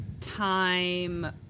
time